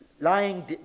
lying